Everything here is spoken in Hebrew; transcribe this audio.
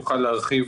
תוכל להרחיב